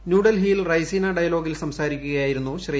ന്യൂഡൽഹിയിൽ റയ്സിന ഡയലോഗിൽ സംസാരിക്കുകയായിരുന്നു ശ്രീ